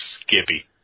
skippy